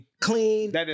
Clean